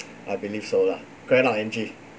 I believe so lah correct or not angie